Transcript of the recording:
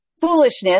foolishness